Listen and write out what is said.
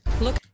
Look